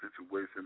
situation